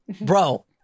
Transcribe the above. Bro